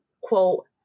quote